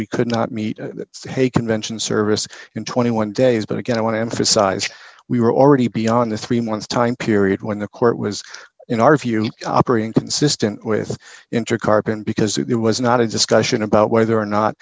we could not meet the hague convention service in twenty one days but again i want to emphasize we were already beyond the three months time period when the court was in our view operating consistent with intercourse because it was not a discussion about whether or not